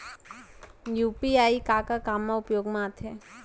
UPI का का काम मा उपयोग मा आथे?